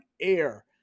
air